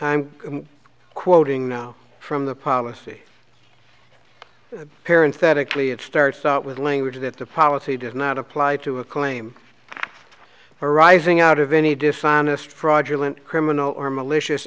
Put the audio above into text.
i'm quoting now from the policy of parents that a cli it starts out with language that the policy does not apply to a claim arising out of any dishonest fraudulent criminal or malicious